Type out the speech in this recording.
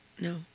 No